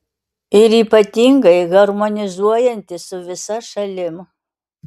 ir ypatingai harmonizuojantis su visa šalim